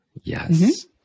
Yes